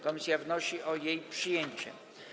Komisja wnosi o jej przyjęcie.